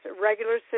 regular